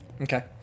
Okay